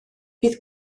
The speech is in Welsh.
bydd